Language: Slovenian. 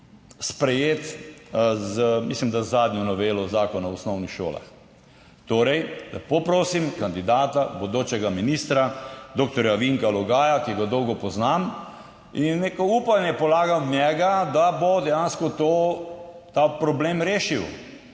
mislim da, zadnjo novelo Zakona o osnovnih šolah. Torej, lepo prosim kandidata, bodočega ministra, doktorja Vinka Logaja, ki ga dolgo poznam, in neko upanje polagam v njega, da bo dejansko ta problem rešil.